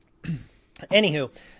Anywho